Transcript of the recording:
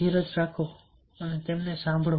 ધીરજ રાખો અને સાંભળો